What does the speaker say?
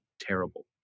terrible